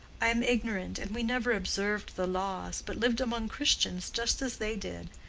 i am ignorant, and we never observed the laws, but lived among christians just as they did.